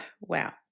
wow